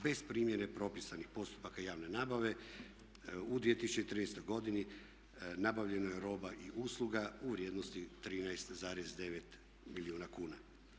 Bez primjene propisanih postupaka javne nabave u 2013. godini nabavljeno je roba i usluga u vrijednosti 13,9 milijuna kuna.